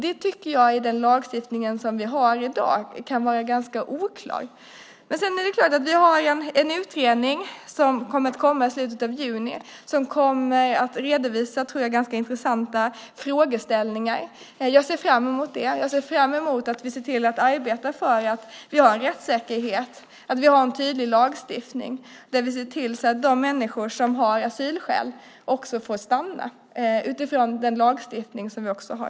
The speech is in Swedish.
Det är oklart i lagstiftningen i dag. En utredning ska läggas fram i slutet av juni. Den kommer att redovisa intressanta frågeställningar. Jag ser fram emot det. Jag ser fram emot att vi ser till att arbeta för att vi har en rättssäker och tydlig lagstiftning. Vi ska se till att de människor som har asylskäl också får stanna utifrån den lagstiftning vi har.